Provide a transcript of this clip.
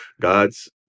God's